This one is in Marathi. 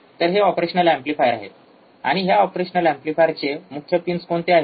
तर हे ऑपरेशनल एम्पलीफायर आहेत आणि ह्या ऑपरेशनल एम्पलीफायरचे मुख्य पिन्स कोणते आहेत